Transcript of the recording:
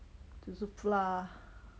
就是 flour